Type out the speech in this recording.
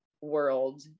world